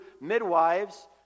midwives